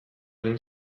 den